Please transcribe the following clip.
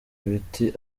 ibiti